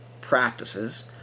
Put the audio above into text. practices